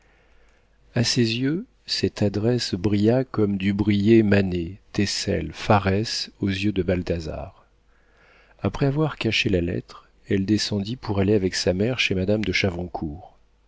a ses yeux cette adresse brilla comme dut briller mané thecel pharès aux yeux de balthasar après avoir caché la lettre elle descendit pour aller avec sa mère chez madame de chavoncourt